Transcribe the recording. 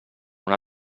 una